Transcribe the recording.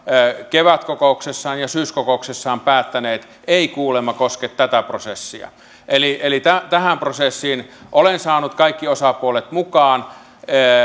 kevätkokouksessaan ja syyskokouksessaan päättäneet ei kuulemma koske tätä prosessia eli eli tähän prosessiin olen saanut kaikki osapuolet mukaan